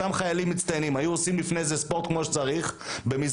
אותם חיילים מצטיינים היו עושים לפני זה ספורט כמו שצריך במסגרות,